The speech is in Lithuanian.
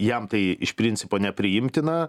jam tai iš principo nepriimtina